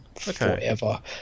forever